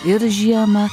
ir žiemą